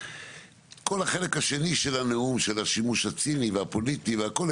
כל החלק השני של הנאום של השימוש הציני והפוליטי והכול,